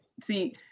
See